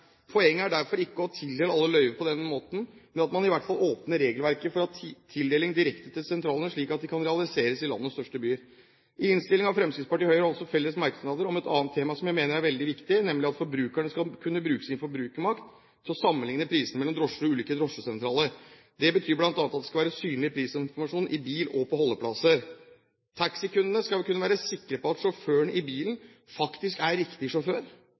Poenget er derfor ikke å tildele alle løyver på denne måten, men at man i hvert fall åpner regelverket for tildeling direkte til sentralene, slik at det kan realiseres i landets største byer. I innstillingen har Fremskrittspartiet og Høyre også felles merknader om et annet tema som jeg mener er veldig viktig, nemlig at forbrukerne skal kunne bruke sin forbrukermakt til å sammenligne prisene mellom drosjer og ulike drosjesentraler. Det betyr bl.a. at det skal være synlig prisinformasjon i bil og på holdeplasser. Taxikundene skal kunne være sikre på at sjåføren i bilen faktisk er riktig sjåfør.